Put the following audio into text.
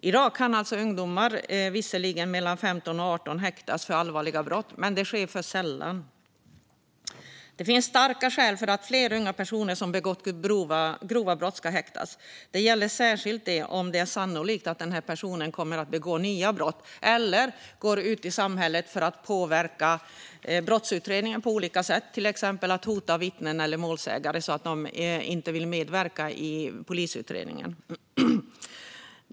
I dag kan visserligen ungdomar mellan 15 och 18 år häktas för allvarliga brott. Men det sker för sällan. Det finns starka skäl för att fler unga personer som begått grova brott ska häktas. Det gäller särskilt om det är sannolikt att personen kommer att begå nya brott eller gå ut i samhället för att påverka brottsutredningen på olika sätt, till exempel genom att hota vittnen eller målsägare så att de inte vill medverka i polisutredningen.